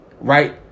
right